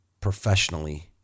professionally